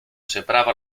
sembrava